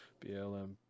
BLM